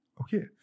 Okay